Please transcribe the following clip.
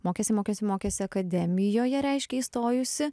mokėsi mokėsi mokėsi akademijoje reiškia įstojusi